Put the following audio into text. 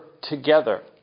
together